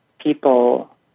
people